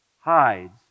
Hides